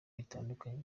bitandukanye